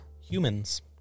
Humans